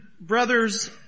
Brothers